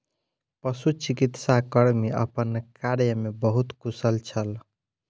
पशुचिकित्सा कर्मी अपन कार्य में बहुत कुशल छल